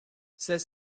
ses